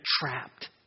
trapped